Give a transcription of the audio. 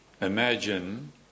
Imagine